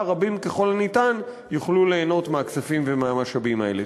רבים ככל הניתן יוכלו ליהנות מהכספים ומהמשאבים האלה.